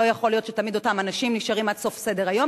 לא יכול להיות שתמיד אותם אנשים נשארים עד סוף סדר-היום